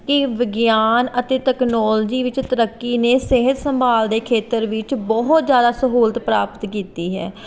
ਕਿ ਵਿਗਿਆਨ ਅਤੇ ਟੈਕਨੋਲਜੀ ਵਿੱਚ ਤਰੱਕੀ ਨੇ ਸਿਹਤ ਸੰਭਾਲ ਦੇ ਖੇਤਰ ਵਿੱਚ ਬਹੁਤ ਜ਼ਿਆਦਾ ਸਹੂਲਤ ਪ੍ਰਾਪਤ ਕੀਤੀ ਹੈ